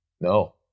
No